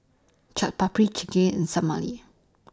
Chaat Papri Chigenabe and Salami